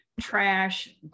trash